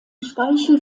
speichel